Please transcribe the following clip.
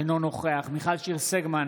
אינו נוכח מיכל שיר סגמן,